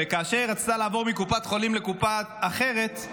וכאשר רצתה לעבור מקופת חולים לקופה אחרת,